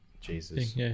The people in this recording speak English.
Jesus